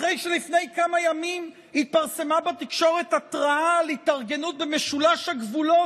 אחרי שלפני כמה ימים התפרסמה בתקשורת התרעה על התארגנות במשולש הגבולות,